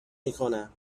میکنم